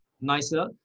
nicer